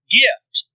gift